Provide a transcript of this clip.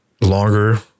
longer